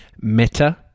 meta